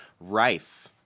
rife